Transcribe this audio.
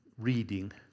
reading